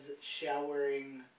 showering-